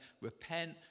repent